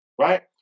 right